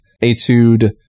etude